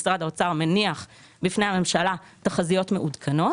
משרד האוצר מניח בפני הממשלה תחזיות מעודכנות